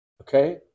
Okay